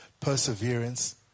perseverance